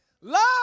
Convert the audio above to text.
Love